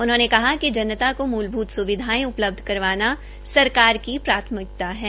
उन्होंने कहा कि जनता सरकार की मूलभूत स्विधायें उपलब्ध करवाना सरकार की प्राथमिकता है